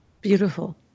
Beautiful